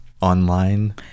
online